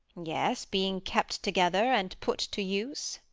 yes, being kept together and put to use.